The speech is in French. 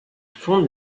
fonde